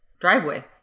driveway